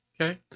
Okay